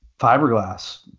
fiberglass